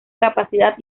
capacidad